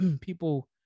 people